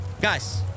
guys